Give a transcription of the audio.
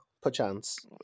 perchance